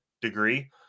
degree